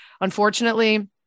unfortunately